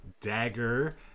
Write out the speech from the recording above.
Dagger